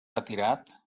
retirat